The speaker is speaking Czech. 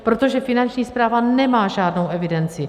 Protože Finanční správa nemá žádnou evidenci.